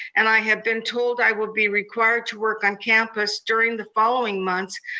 and i have been told i would be required to work on campus during the following months,